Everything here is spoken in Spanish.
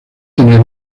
tener